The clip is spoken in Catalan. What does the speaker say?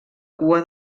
cua